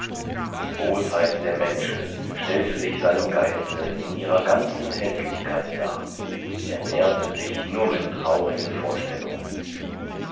die bosheit der menschen stellte sich seinem geiste in ihrer ganzen häßlichkeit dar er nährte sich nur mit traurigen vorstellungen